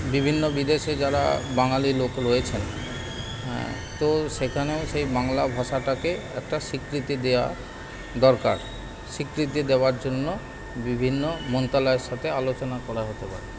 বিভিন্ন বিদেশে যারা বাঙালি লোক রয়েছেন হ্যাঁ তো সেখানেও সেই বাংলা ভাষাটাকে একটা স্বীকৃতি দেওয়া দরকার স্বীকৃতি দেওয়ার জন্য বিভিন্ন মন্ত্রণালয়ের সাথে আলোচনা করা হতে পারে